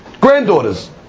Granddaughters